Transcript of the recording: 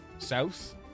south